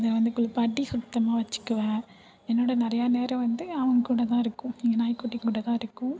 அதை வந்து குளிப்பாட்டி சுத்தமாக வச்சிக்குவேன் என்னோட நிறைய நேரம் வந்து அவன் கூடதான் இருக்கும் எங்கள் நாய் குட்டி கூட தான் இருக்கும்